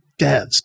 devs